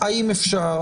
האם אפשר.